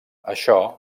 això